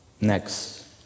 Next